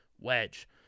Wedge